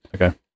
Okay